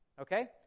Okay